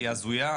היא הזויה.